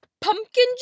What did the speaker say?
Pumpkin